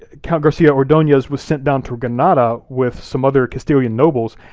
ah count garcia ordooez was sent down to granada with some other castilian nobles,